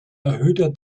erhöhter